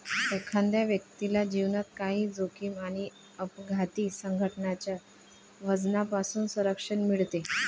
एखाद्या व्यक्तीला जीवनात काही जोखीम आणि अपघाती घटनांच्या वजनापासून संरक्षण मिळते